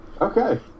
Okay